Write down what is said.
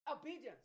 Obedience